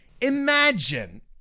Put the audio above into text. imagine